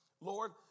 Lord